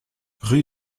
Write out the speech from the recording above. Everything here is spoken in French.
rue